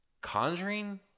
Conjuring